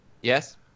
Yes